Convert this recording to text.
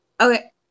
okay